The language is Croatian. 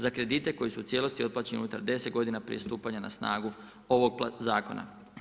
Za kredite koji su u cijelosti otplaćeni unutar 10 godina prije stupanja na snagu ovog zakona.